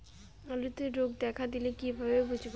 আলুতে রোগ দেখা দিলে কিভাবে বুঝবো?